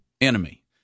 enemy